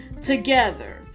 together